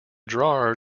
drawer